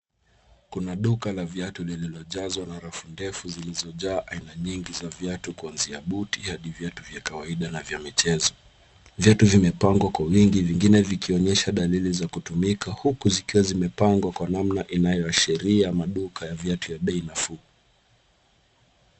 Kuna duka la viatu lililojazwa na rafu ndefu zilizojaa aina nyingi za viatu kuanzia buti hadi viatu vya kawaida na vya michezo. Viatu vimepangwa kwa wingi vingine vikionyesha dalili za kutumika huku zikiwa zimepangwa kwa namna inayoashiria maduka ya viatu ya bei nafuu.